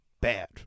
Bad